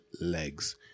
legs